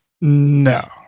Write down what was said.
No